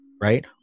Right